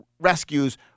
rescues